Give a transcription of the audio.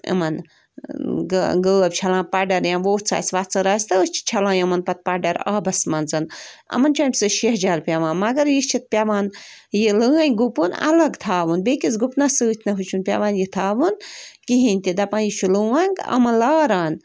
یِمَن گٲو چھَلان پَڈَر یا ووٚژھ آسہِ وَژھٕر آسہِ تہٕ أسۍ چھِ چھَلان یِمَن پَتہٕ پَڈَر آبَس منٛز یِمَن چھِ اَمہِ سۭتۍ شہجار پٮ۪وان مگر یہِ چھِ پٮ۪وان یہِ لٲنٛگۍ گُپُن اَلگ تھاوُن بیٚیہِ کِس گُپنَس سۭتۍ نہٕ حظ چھُنہٕ پٮ۪وان یہِ تھاوُن کِہیٖنۍ تہِ دَپان یہِ چھُ لونٛگ یِمَن لاران